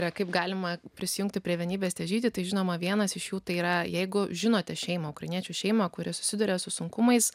yra kaip galima prisijungti prie vienybės težydi tai žinoma vienas iš jų tai yra jeigu žinote šeimą ukrainiečių šeimą kuri susiduria su sunkumais